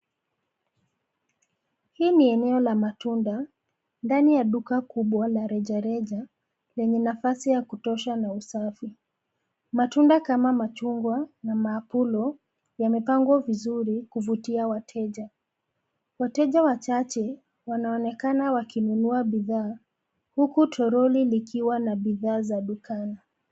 Hii ni eneo la matunda ndani ya duka kubwa la rejareja yenye nafasi ya kutosha na usafi. Matunda kama machungwa na maakulo yamepangwa vizuri kuvutia wateja. Wateja wachache wanaonekana wakinunua bidhaa huku toroli likiwa na bidhaa za dukani.